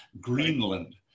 Greenland